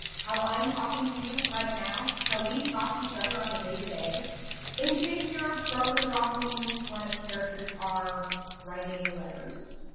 how i'm talking to you right now, how we talk to each other on a day-to-day, in shakespeare, prose are often used when characters are writing letters,